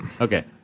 Okay